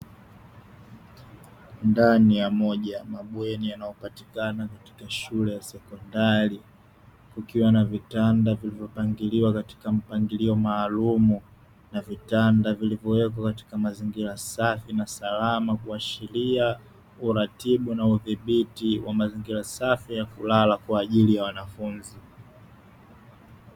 Ndani ya moja ya mabweni yanayopatikana katika shule ya sekondari kukiwa na vitanda vilivyopangiliwa katika mpangilio maalumu na vitanda vilivyowekwa katika mazingira safi na salama kuashiria uratibu na udhibiti wa mazingira safi ya kulala kwa ajili ya wanafunzi.